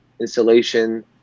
installation